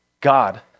God